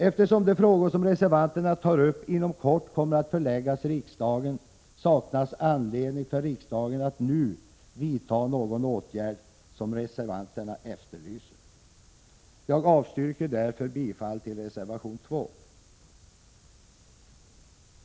Eftersom de frågor som reservanterna tar upp inom kort kommer att föreläggas riksdagen saknas anledning för riksdagen att nu vidta någon sådan åtgärd som reservanterna efterlyser. Jag avstyrker därför bifall till reservation 2.